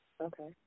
Okay